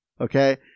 Okay